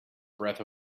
breath